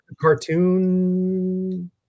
cartoon